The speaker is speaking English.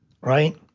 Right